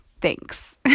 Thanks